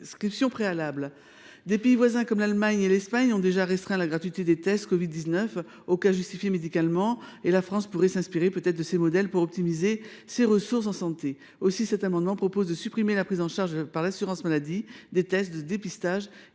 Des pays voisins comme l’Allemagne et l’Espagne ont déjà restreint la gratuité des tests covid 19 aux cas justifiés médicalement et la France pourrait s’inspirer de ces modèles pour optimiser ses ressources en santé. Aussi, cet amendement vise à supprimer la prise en charge par l’assurance maladie des tests de dépistage